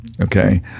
Okay